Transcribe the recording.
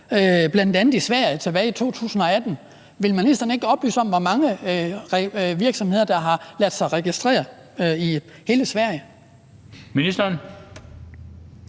bl.a. i Sverige tilbage i 2018. Vil ministeren ikke oplyse om, hvor mange virksomheder der har ladet sig registrere i hele Sverige? Kl.